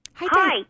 Hi